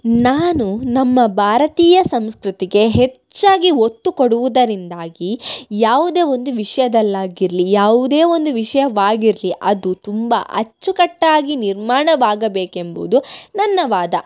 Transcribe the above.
ನಾನು ನಮ್ಮ ಭಾರತೀಯ ಸಂಸ್ಕೃತಿಗೆ ಹೆಚ್ಚಾಗಿ ಒತ್ತು ಕೊಡುವುದರಿಂದಾಗಿ ಯಾವುದೇ ಒಂದು ವಿಷಯದಲ್ಲಿ ಆಗಿರಲಿ ಯಾವುದೇ ಒಂದು ವಿಷಯವಾಗಿರಲಿ ಅದು ತುಂಬ ಅಚ್ಚುಕಟ್ಟಾಗಿ ನಿರ್ಮಾಣವಾಗಬೇಕೆಂಬುವುದು ನನ್ನ ವಾದ